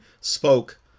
spoke